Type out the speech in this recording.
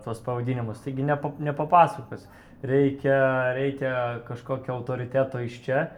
tuos pavadinimus taigi ne nepapasakos reikia reikia kažkokio autoriteto iš čia